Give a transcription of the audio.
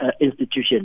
institution